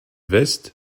west